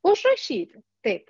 užrašyti taip